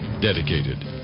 dedicated